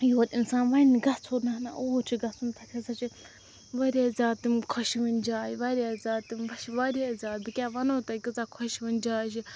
یور اِنسان وَنہِ گَژھو نہَ نہَ اوٗرۍ چھُ گَژھُن تَتہِ ہَسا چھِ واریاہ زیادٕ تِم خۄشیِوٕنۍ جایہِ واریاہ زیادٕ تِم چھِ واریاہ زیادٕ بہٕ کیٛاہ وَنہو تۄہہِ کۭژاہ خۄشیِوٕنۍ جاے چھِ